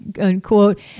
unquote